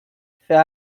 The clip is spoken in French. fait